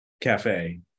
cafe